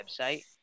website